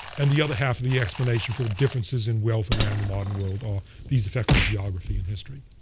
and the other half of the explanation for the differences in wealth around the modern world are these effects of geography and history.